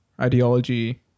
ideology